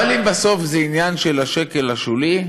אבל אם בסוף זה עניין של השקל השולי,